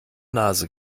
nase